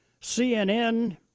CNN